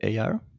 AR